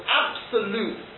absolute